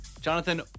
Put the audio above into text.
Jonathan